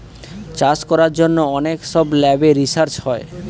চাষ করার জন্য অনেক সব ল্যাবে রিসার্চ হয়